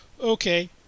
okay